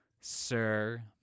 Sir